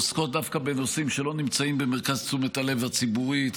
עוסקות דווקא בנושאים שלא נמצאים במרכז תשומת הלב הציבורית,